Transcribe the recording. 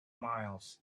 miles